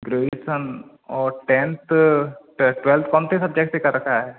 graduation और tenth twelfth कौन से सब्जेक्ट से कर रखा है